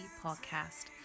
podcast